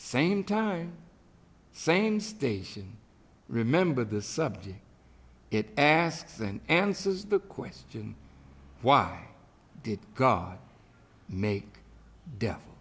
same time same station remember the subject it asks and answers the question why did god make death